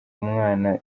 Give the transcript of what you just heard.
mwana